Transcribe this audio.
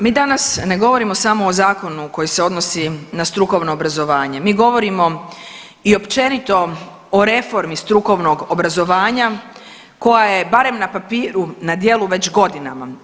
Mi danas ne govorimo samo o zakonu koji se odnosi na strukovno obrazovanje, mi govorimo i općenito o reformi strukovnog obrazovanja koja je barem na papiru na djelu već godinama.